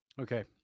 Okay